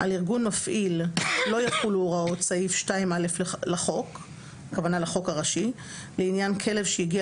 על ארגון מפעיל לא יחולו הוראות סעיף 2(א) לחוק לעניין כלב שהגיע